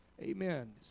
Amen